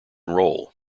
roll